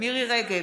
מירי מרים רגב,